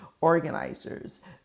organizers